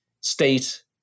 state